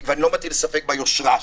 ואני לא מטיל ספק ביושרה שלהם.